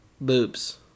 boobs